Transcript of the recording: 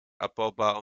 abbaubar